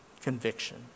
conviction